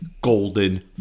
Golden